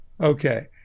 Okay